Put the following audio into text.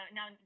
now